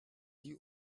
die